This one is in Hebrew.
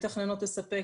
כללית.